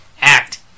Act